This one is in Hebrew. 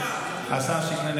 תשתוק.) השר שיקלי.